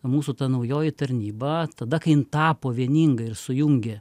mūsų ta naujoji tarnyba tada kai jin tapo vieninga ir sujungė